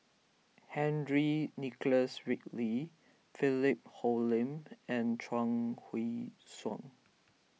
Henry Nicholas Ridley Philip Hoalim and Chuang Hui Tsuan